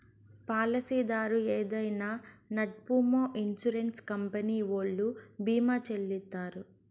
పాలసీదారు ఏదైనా నట్పూమొ ఇన్సూరెన్స్ కంపెనీ ఓల్లు భీమా చెల్లిత్తారు